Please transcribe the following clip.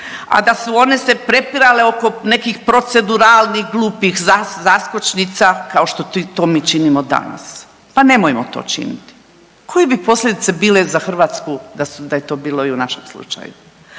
a da su one se prepirale oko nekih proceduralnih glupih zaskočnica kao što to mi činimo danas. Pa nemojmo to činiti. Koje bi posljedice bile za Hrvatsku da je to bilo i u našem slučaju?